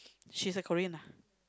she's a Korean ah